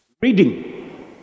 Reading